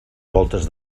voltes